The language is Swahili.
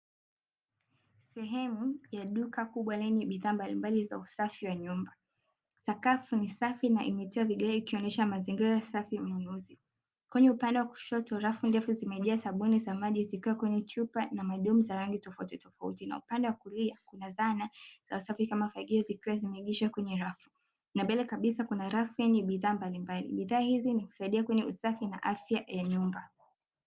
Sehemu ya duka kubwa lenye bidhaa mbalimbali za usafi wa nyumba. Sakafu ni safi na imetiwa vigae ikionyesha mazingira safi ya ununuzi. Kwenye upande wa kushoto, rafu ndefu zimejaa sabuni za maji zikiwa kwenye chupa na madumu ya rangi tofautitofauti, na upande wa kulia kuna zana za usafi kama fagio zikiwa zimeegeshwa kwenye rafu. Na mbele kabisa kuna rafu yenye bidhaa mbalimbali; bidhaa hizi nikusaidia kwenye usafi na afya ya nyumba